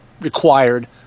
required